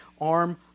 arm